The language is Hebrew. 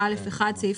"סעיף